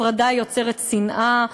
הפרדה יוצרת שנאה,